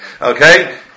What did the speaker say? Okay